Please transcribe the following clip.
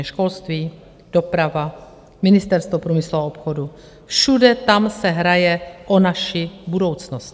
Školství, doprava, Ministerstvo průmyslu a obchodu, všude tam se hraje o naši budoucnost.